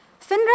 Finra